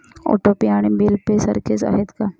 Auto pay आणि bill pay सारखेच आहे का?